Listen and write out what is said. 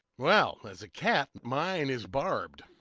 well, as a cat, mine is barbed.